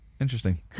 Interesting